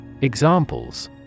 Examples